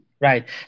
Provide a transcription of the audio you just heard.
Right